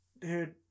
dude